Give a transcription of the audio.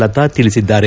ಲತಾ ತಿಳಿಸಿದ್ದಾರೆ